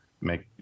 make